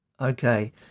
Okay